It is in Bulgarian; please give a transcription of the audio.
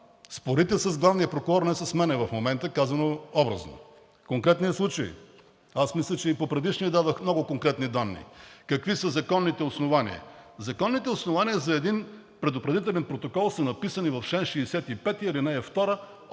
спорите с главния прокурор, не с мен в момента, казано образно. В конкретния случай – мисля, че и по-предишния път дадох много конкретни данни какви са законните основания. Законните основания за един предупредителен протокол са написани в чл. 65, ал. 2